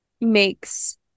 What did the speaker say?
makes